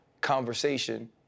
conversation